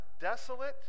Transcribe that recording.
desolate